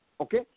Okay